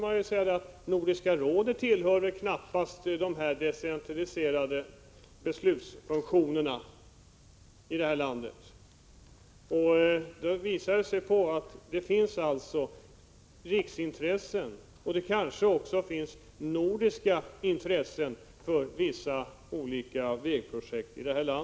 Nordiska rådet tillhör knappast de decentraliserade beslutsfunktionerna här i landet. Det finns alltså vägprojekt i landet som är av riksintresse och kanske också av nordiskt intresse.